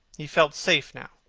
he felt safe now.